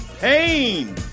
pain